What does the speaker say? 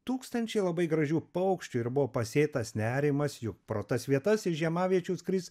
tūkstančiai labai gražių paukščių ir buvo pasėtas nerimas juk pro tas vietas iš žiemaviečių skris